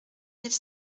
mille